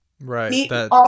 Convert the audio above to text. right